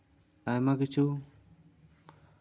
ᱟᱭᱢᱟ ᱠᱪᱷᱩ